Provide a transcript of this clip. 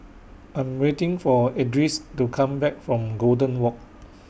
I Am waiting For Edris to Come Back from Golden Walk